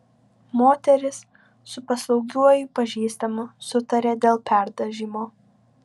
moteris su paslaugiuoju pažįstamu sutarė dėl perdažymo